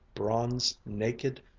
bronze, naked,